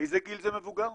מאיזה גיל זה מבוגר?